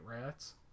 rats